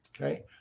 okay